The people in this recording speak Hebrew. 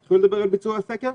כשהתחילו לדבר על ביצוע הסקר.